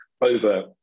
over